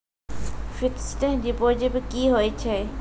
Fixed deposit की होय छै?